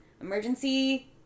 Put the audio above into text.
emergency